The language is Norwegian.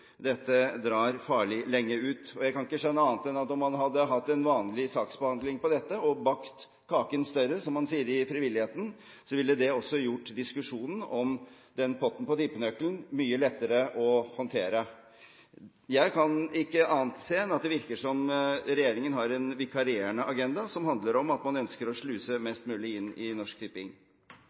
Dette drar farlig lenge ut. Jeg kan ikke skjønne annet enn at om man hadde hatt en vanlig saksbehandling på dette, og bakt kaken større – som man sier i frivilligheten – ville det også gjort diskusjonen om den potten på tippenøkkelen mye lettere å håndtere. Jeg kan ikke se annet enn at det virker som om regjeringen har en vikarierende agenda som handler om at man ønsker å sluse mest mulig inn i Norsk Tipping.